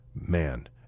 man